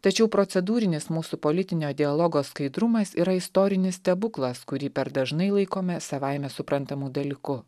tačiau procedūrinis mūsų politinio dialogo skaidrumas yra istorinis stebuklas kurį per dažnai laikome savaime suprantamu dalyku